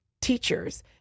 Teachers